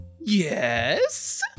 yes